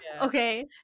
Okay